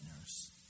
nurse